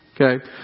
Okay